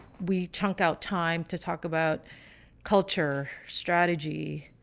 we chunk out time to talk about culture, strategy,